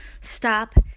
stop